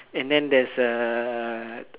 and then there's a